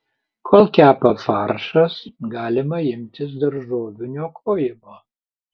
kol kepa faršas galima imtis daržovių niokojimo